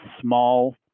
small